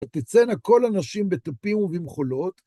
ותצאנה כל הנשים בתופים ובמחולות.